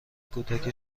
کودک